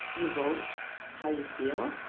you vote how you feel.